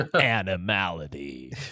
Animality